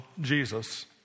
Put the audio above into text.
Jesus